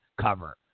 cover